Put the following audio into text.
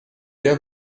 their